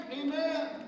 amen